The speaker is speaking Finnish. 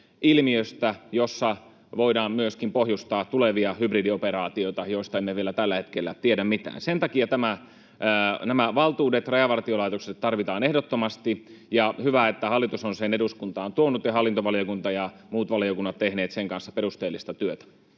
ilmiöstä, jossa voidaan myöskin pohjustaa tulevia hybridioperaatioita, joista emme vielä tällä hetkellä tiedä mitään. Sen takia nämä valtuudet Rajavartiolaitokselle tarvitaan ehdottomasti, ja on hyvä, että hallitus on sen eduskuntaan tuonut ja hallintovaliokunta ja muut valiokunnat ovat tehneet sen kanssa perusteellista työtä.